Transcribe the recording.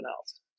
else